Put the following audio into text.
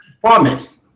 Promise